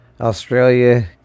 Australia